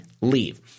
leave